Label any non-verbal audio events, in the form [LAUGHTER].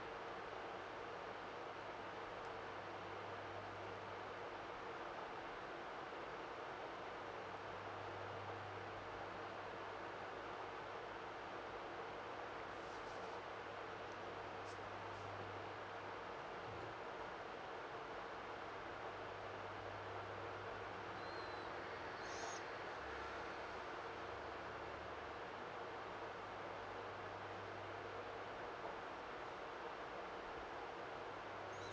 [BREATH]